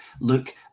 look